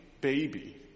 baby